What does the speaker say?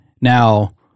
now